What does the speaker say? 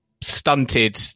stunted